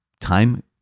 time